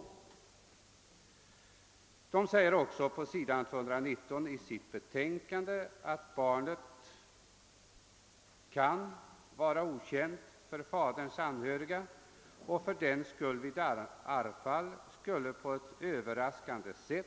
Ärvdabalkssakkunniga säger på s. 219 i sitt betänkande att barnet kan vara okänt för faderns anhöriga och att det fördenskull vid ett arvsfall på ett överraskande sätt skulle